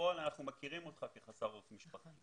בפועל אנחנו מכירים אותך כחסר עורף משפחתי.